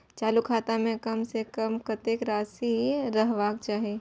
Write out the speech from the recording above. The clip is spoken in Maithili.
चालु खाता में कम से कम कतेक राशि रहबाक चाही?